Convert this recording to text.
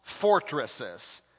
fortresses